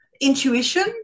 intuition